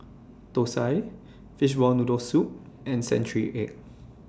Thosai Fishball Noodle Soup and Century Egg